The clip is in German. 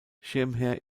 schirmherr